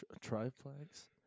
triplex